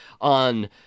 on